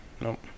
Nope